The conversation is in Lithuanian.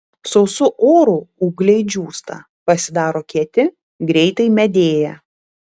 sausu oru ūgliai džiūsta pasidaro kieti greitai medėja